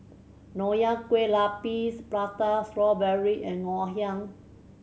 Nonya Kueh Lapis Prata Strawberry and Ngoh Hiang